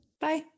Bye